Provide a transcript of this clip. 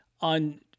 on